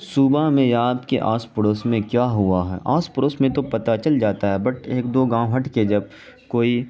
صوبہ میں یا آپ کے آس پڑوس میں کیا ہوا ہے آس پڑوس میں تو پتا چل جاتا ہے بٹ ایک دو گاؤں ہٹ کے جب کوئی